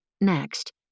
Next